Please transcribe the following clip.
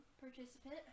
participant